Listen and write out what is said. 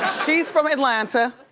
she's from atlanta.